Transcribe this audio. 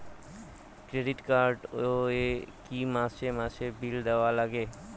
Credit card এ কি মাসে মাসে বিল দেওয়ার লাগে?